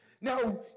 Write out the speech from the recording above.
Now